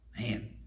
Man